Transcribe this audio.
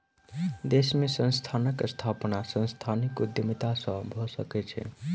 देश में संस्थानक स्थापना सांस्थानिक उद्यमिता से भअ सकै छै